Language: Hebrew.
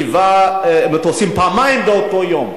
ליווה מטוסים פעמיים באותו יום,